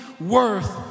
worth